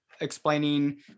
explaining